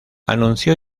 anunció